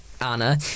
Anna